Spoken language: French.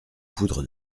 poudre